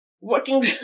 working